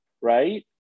right